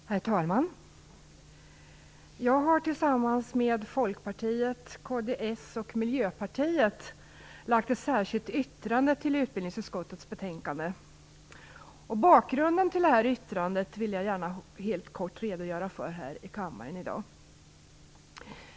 Herr talman! Jag har tillsammans med ledamöter från Folkpartiet, Kristdemokraterna och Miljöpartiet fogat ett särskilt yttrande vid utbildningsutskottets betänkande. Bakgrunden till yttrandet vill jag gärna helt kort redogöra för här i kammaren i dag.